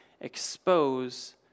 expose